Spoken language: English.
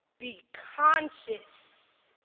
be conscious.